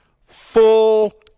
full